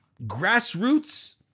grassroots